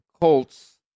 Colts